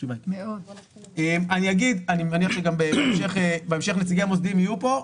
אני מניח שבהמשך נציגי המוסדיים יהיו פה.